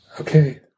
Okay